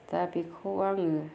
दा बेखौ आङो